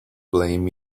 blame